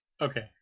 Okay